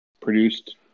produced